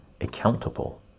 accountable